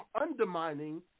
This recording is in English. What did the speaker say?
undermining